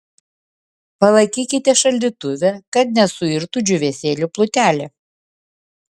palaikykite šaldytuve kad nesuirtų džiūvėsėlių plutelė